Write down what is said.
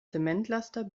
zementlaster